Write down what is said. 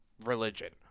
religion